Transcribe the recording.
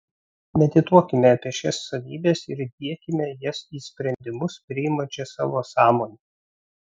medituokime apie šias savybes ir diekime jas į sprendimus priimančią savo sąmonę